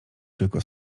tylko